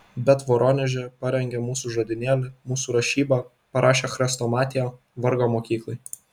bet voroneže parengė mūsų žodynėlį mūsų rašybą parašė chrestomatiją vargo mokyklai